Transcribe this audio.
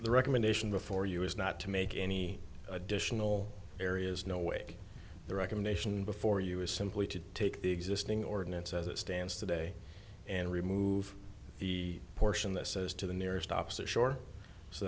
the recommendation before you is not to make any additional areas no way the recommendation before you is simply to take the existing ordinance as it stands today and remove the portion that says to the nearest opposite shore so